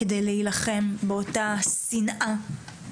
כדי להילחם באותה שנאה,